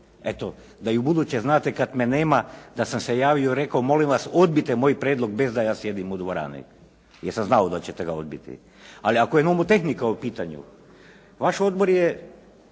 eto da i u buduće znate kad me nema da sam se javio i rekao molim vas odbijte moj prijedlog bez da ja sjedim u dvorani jer sam znao da ćete ga odbiti. Ali ako je nomotehnika u pitanju vaš odbor